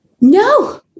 No